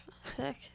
Sick